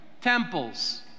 temples